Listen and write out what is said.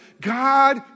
God